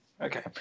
Okay